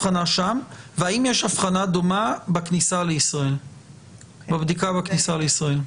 והאם יש הבחנה דומה בבדיקה בכניסה לישראל.